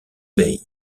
bai